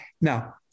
Now